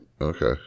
Okay